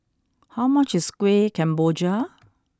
how much is Kueh Kemboja